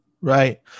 Right